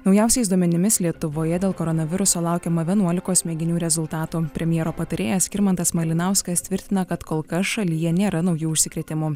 naujausiais duomenimis lietuvoje dėl koronaviruso laukiama vienuolikos mėginių rezultatų premjero patarėjas skirmantas malinauskas tvirtina kad kol kas šalyje nėra naujų užsikrėtimų